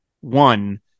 one